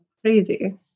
Crazy